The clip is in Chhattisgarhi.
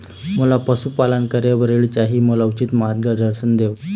मोला पशुपालन करे बर ऋण चाही, मोला उचित मार्गदर्शन देव?